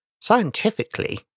scientifically